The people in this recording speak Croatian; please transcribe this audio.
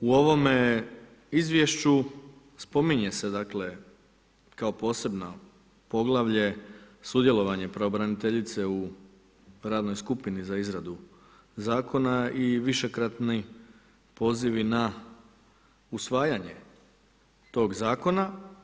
U ovime izvješću, spominje se kao posebno poglavlje, sudjelovanje pravobraniteljice u radnoj skupini za izradu zakona i višekratni pozivi na usvajanje tog zakona.